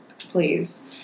please